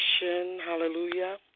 Hallelujah